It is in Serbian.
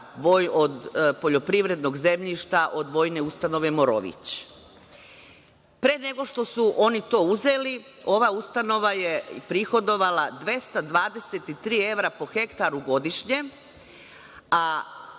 od poljoprivrednog zemljišta od vojne ustanove „Morović“. Pre nego što su oni to uzeli, ova ustanova je prihodovala 223 evra po hektaru godišnje, a